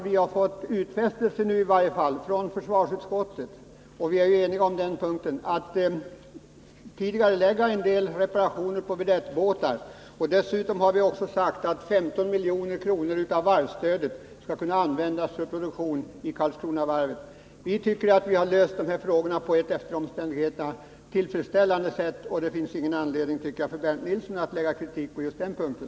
Vi har nu fått utfästelser från försvarsutskottet — och vi är eniga på den punkten — om tidigareläggning av en del reparationer av vedettbåtar. Dessutom har vi sagt att 15 miljoner av varvsstödet skall kunna användas för produktion vid Karlskronavarvet. Vi tycker att vi har löst dessa frågor på ett efter omständigheterna tillfredsställande sätt, och det finns ingen anledning för Bernt Nilsson att komma med kritik på just den punkten.